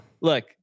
look